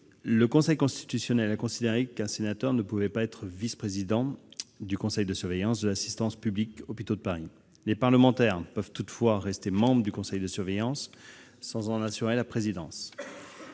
le Conseil constitutionnel a en effet considéré qu'un sénateur ne pouvait pas être vice-président du conseil de surveillance de l'Assistance publique-Hôpitaux de Paris- les parlementaires peuvent toutefois rester membres du conseil de surveillance sans en assurer la présidence.